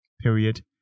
period